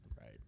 Right